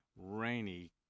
rainy